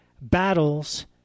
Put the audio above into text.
battles